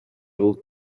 able